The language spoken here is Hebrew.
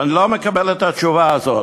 ואני לא מקבל את התשובה הזאת.